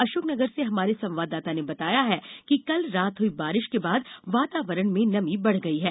अशोकनगर से हमारे संवाददाता ने बताया है कि कल रात हुई बारिश के बाद वातावरण में नमी बढ़ गई है